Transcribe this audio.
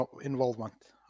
involvement